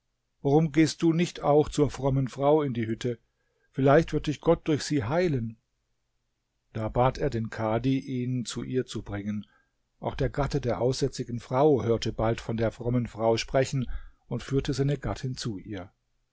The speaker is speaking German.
warum gehst du nicht auch zur frommen frau in die hütte vielleicht wird dich gott durch sie heilen da bat er den kadhi ihn zu ihr zu bringen auch der gatte der aussätzigen frau hörte bald von der frommen frau sprechen und führte seine gattin zu ihr